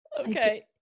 Okay